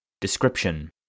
Description